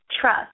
trust